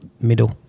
middle